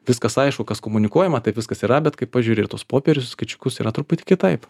viskas aišku kas komunikuojama taip viskas yra bet kai pažiūri į tuos popierius skaičiukus yra truputį kitaip